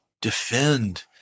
defend